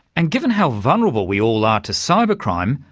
and given how vulnerable we all are to cyber crime,